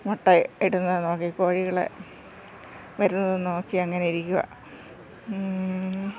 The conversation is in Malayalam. മുട്ട ഇടുന്നത് നോക്കി കോഴികളെ വരുന്നത് നോക്കി അങ്ങനെ ഇരിക്കുക